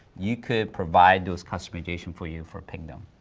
you could provide those customizations for you for pingdom.